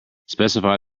specify